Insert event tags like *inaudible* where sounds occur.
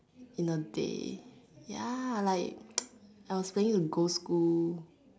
in a day ya like *noise* I was planning to go school